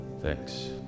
thanks